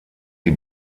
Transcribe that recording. sie